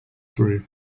through